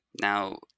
Now